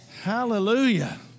hallelujah